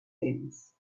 ends